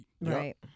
Right